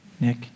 Nick